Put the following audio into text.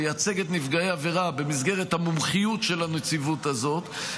לייצג את נפגעי העבירה במסגרת המומחיות של הנציבות הזאת,